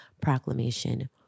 Proclamation